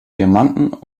diamanten